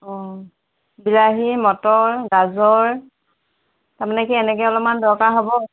অঁ বিলাহী মটৰ গাজৰ তাৰমানে কি এনেকৈ অলপমান দৰকাৰ হ'ব